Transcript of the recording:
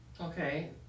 Okay